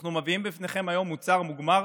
אנחנו מביאים בפניכם היום מוצר מוגמר